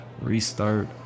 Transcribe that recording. restart